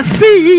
see